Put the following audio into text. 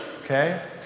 okay